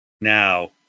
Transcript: Now